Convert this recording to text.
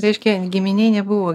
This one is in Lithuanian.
reiškia giminėj nebuvo